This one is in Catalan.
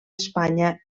espanya